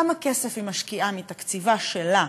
כמה כסף היא משקיעה מתקציבה שלה,